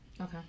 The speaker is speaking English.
Okay